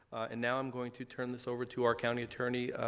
and now i'm going to turn this over to our county attorney,